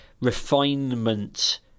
refinement